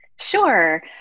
Sure